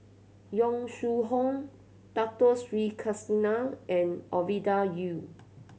Yong Shu Hoong Dato Sri Krishna and Ovidia Yu